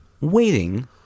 waiting